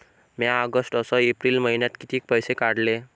म्या ऑगस्ट अस एप्रिल मइन्यात कितीक पैसे काढले?